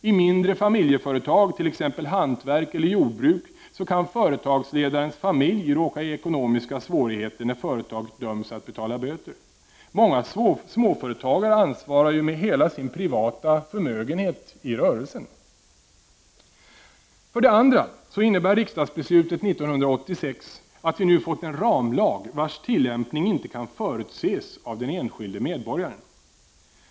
I mindre familjeföretag, t.ex. hantverk eller jordbruk, kan företagsledarens familj råka i ekonomiska svårigheter när företaget döms att betala böter; många småföretagare ansvarar ju med hela sin privata förmögenhet i rörelsen. För det andra innebär riksdagsbeslutet 1986 att vi nu fått en ramlag, vars tillämpning inte kan förutses av den enskilde medborgaren.